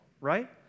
right